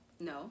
no